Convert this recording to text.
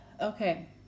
okay